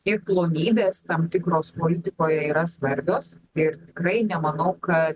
ir blogybės tam tikros politikoje yra svarbios ir tikrai nemanau kad